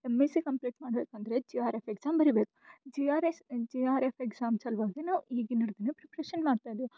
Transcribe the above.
MSc complete ಮಾಡ್ಬೇಕಂದರೆ G R F exam ಬರಿಬೇಕು G R S G R F exams ಸಲುವಾಗಿ ನಾವು ಈಗಿನ ಇಂದಾನೇ ಪ್ರಿಪ್ರೇಷನ್ ಮಾಡ್ತಾ ಇದೀವಿ